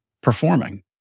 performing